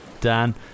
Dan